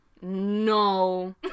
No